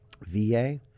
va